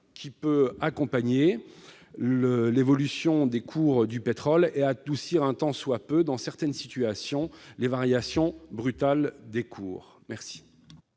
qui peut accompagner l'évolution des cours du pétrole et adoucir un tant soit peu, dans certaines situations, les variations brutales des cours. La